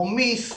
רומיסק.